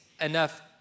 enough